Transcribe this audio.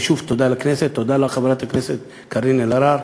ושוב, תודה לכנסת, תודה לחברת הכנסת קארין אלהרר.